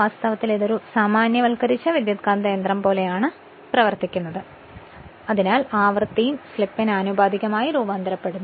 വാസ്തവത്തിൽ ഇത് ഒരു സാമാന്യവൽക്കരിച്ച ട്രാൻസ്ഫോർമർ പോലെയാണ് പ്രവർത്തിക്കുന്നത് അതിൽ ആവൃത്തിയും സ്ലിപ്പിന് ആനുപാതികമായി രൂപാന്തരപ്പെടുന്നു